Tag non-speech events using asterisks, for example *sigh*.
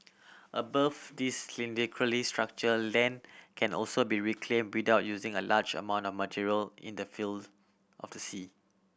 above this *unintelligible* structure land can also be reclaimed without using a large amount of material in the fills of the sea